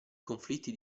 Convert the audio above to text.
conflitti